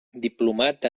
diplomat